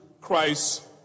Christ